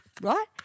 right